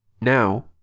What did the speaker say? Now